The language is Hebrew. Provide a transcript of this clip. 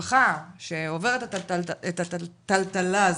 שמשפחה שעוברת את הטלטלה הזו,